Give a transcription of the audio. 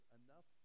enough